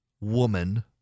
woman